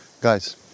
Guys